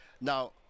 now